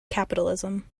capitalism